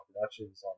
productions